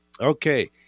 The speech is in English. Okay